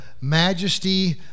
majesty